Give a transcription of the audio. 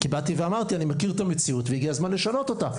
אמרתי שאני מכיר את המציאות והגיע הזמן לשנות אותה.